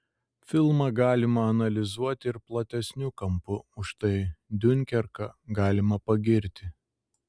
filmą galima analizuoti ir platesniu kampu už tai diunkerką galima pagirti